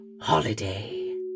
Holiday